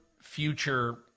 future